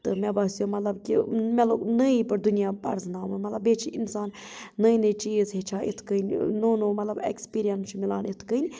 تہِ مےٚ باسیٚو مطلب کہِ مےٚ لوگ نٔیی پٲٹھۍ دُنیا پرزناوُن مطلب بیٚیہِ چھُ اِنسان نٔے نٔے چیٖز ہیٚچھان یِتھ کٔنۍ نوٚو نوٚو مطلب ایٚکٕسپیرینس چھُ میلان یِتھ کٔنۍ